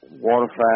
waterfowl